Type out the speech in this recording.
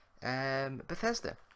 Bethesda